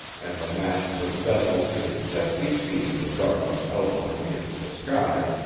and the masts of vessels could just be seen in the darkness outlined against the sky,